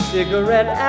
Cigarette